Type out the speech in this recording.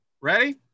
ready